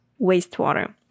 wastewater